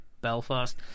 Belfast